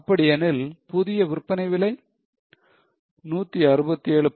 அப்படி எனில் புதிய விற்பனை விலை 167